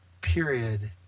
Period